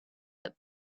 that